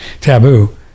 Taboo